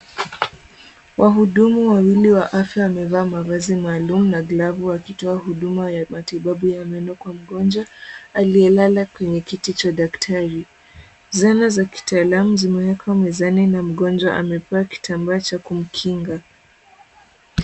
Wahudumu wawili wa afya, wamevaa mavazi maalum na glavu wakitoa huduma ya matibabu ya meno kwa mgonjwa aliyelala kwenye kiti cha daktari. Zana za kitaalamu zimewekwa mezani na mgonjwa amevaa kitambaa cha kumkinga.